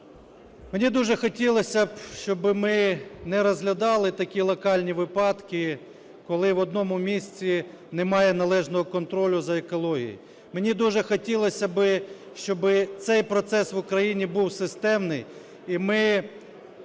Мені б дуже хотілося би, щоби ми не розглядали такі локальні випадки, коли в одному місці немає належного контролю за екологією. Мені дуже хотілося би, щоби цей процес в Україні був системний, і ми